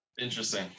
interesting